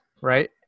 Right